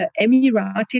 Emiratis